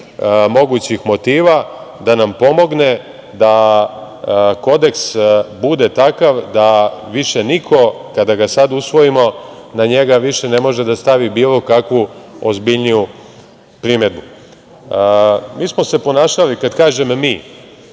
mogućih motiva da nam pomogne da Kodeks bude takav da više niko kada ga sad usvojimo na njega više ne može da stavi bilo kakvu ozbiljniju primedbu. Mi smo se ponašali, kad kažem mi,